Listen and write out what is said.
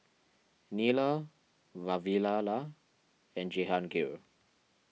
Neila Vavilala and Jehangirr